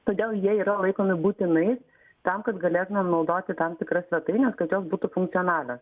todėl jie yra laikomi būtinais tam kad galėtumėm naudoti tam tikras svetaines kurios būtų funkcionalios